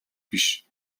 биш